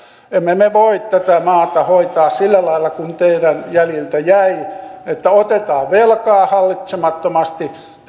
emme me me voi tätä maata hoitaa sillä lailla kuin teidän jäljiltä jäi että otetaan velkaa hallitsemattomasti